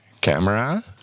camera